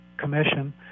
commission